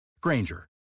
Granger